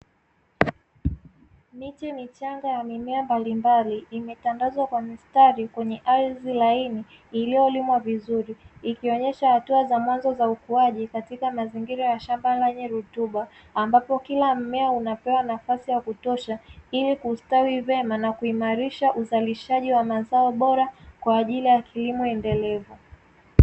Miti michanga ya mimea mbalimbali imetandazwa kwa mistari kwenye ardhi laini iliyolimwa vizuri ikionyesha hatua za mwanzo wa ukuaji katika mazingira ya shamba lenye rutuba, ambapo kila mmea unapewa nafasi ya kutosha ili kustawi vyema na kuimarisha uzalishaji wa mazao bora wa ajili ya kilimo endelevu.